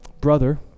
Brother